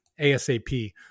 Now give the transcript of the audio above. ASAP